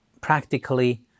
practically